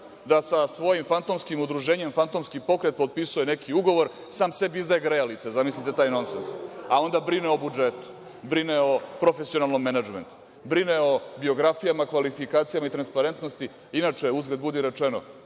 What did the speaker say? da sa svojim fantomskim udruženjem fantomski pokret potpisuje neki ugovor. Zamislite, sam sebi izdaje grejalice, zamislite taj nonsens, a onda brine o budžetu, brine o profesionalnom menadžmentu, brine o biografijama, kvalifikacijama i transparentnosti? Inače, uzgred budi rečeno,